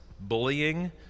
bullying